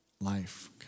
Life